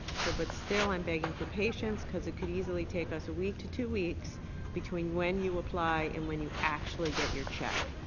so but still, i'm begging for patients, because it could easily take us a week to two weeks between when you apply and when you actually get your check.